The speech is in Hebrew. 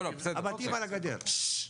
בבקשה.